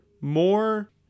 more